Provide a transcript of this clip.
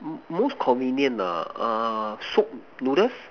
m~ most convenient uh uh soaked noodles